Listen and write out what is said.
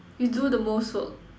you do the most work